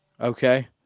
Okay